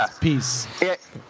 peace